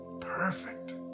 Perfect